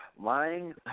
Lying